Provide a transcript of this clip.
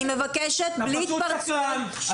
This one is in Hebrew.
אני מבקשת בלי התפרצויות.